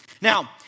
Now